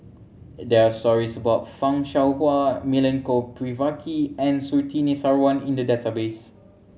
there are stories about Fan Shao Hua Milenko Prvacki and Surtini Sarwan in the database